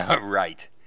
Right